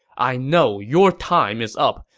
i know your time is up,